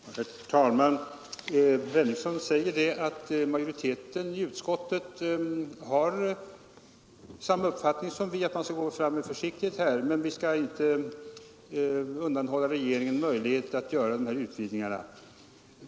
Herr talman! Herr Henrikson säger att utskottsmajoriteten delar vår uppfattning att man skall gå fram med försiktighet men att vi inte bör frånta regeringen möjligheten att göra dessa utredningar.